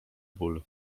ból